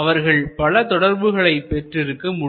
அவர்கள் பல தொடர்புகளை பெற்றிருக்க முடியும்